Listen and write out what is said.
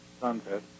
sunset